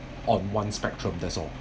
on one spectrum that's all